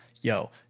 yo